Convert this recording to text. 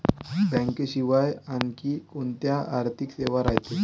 बँकेशिवाय आनखी कोंत्या आर्थिक सेवा रायते?